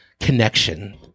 connection